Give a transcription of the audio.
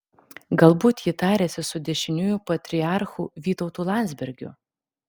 galbūt ji tariasi su dešiniųjų patriarchu vytautu landsbergiu